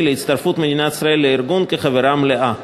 להצטרפות מדינת ישראל לארגון כחברה מלאה.